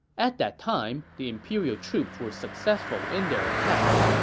at that time the imperial troops were successful in their attacks,